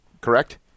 correct